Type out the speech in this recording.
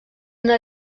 una